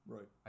Right